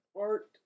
art